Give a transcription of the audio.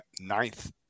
ninth